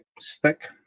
stick